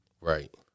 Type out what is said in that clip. Right